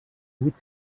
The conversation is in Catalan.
huit